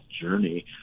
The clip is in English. journey